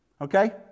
Okay